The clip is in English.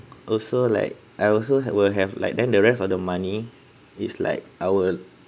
also like I also have will have like then the rest of the money is like our